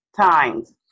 Times